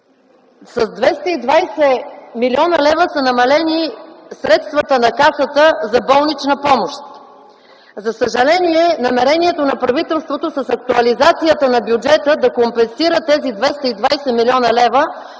С 220 млн. лв. са намалени средствата на Касата за болнична помощ. За съжаление намерението на правителството с актуализацията на бюджета да компенсира тези 220 млн. лв.